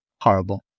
Horrible